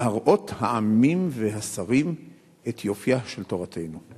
להראות העמים והשרים את יופיה של תורתנו?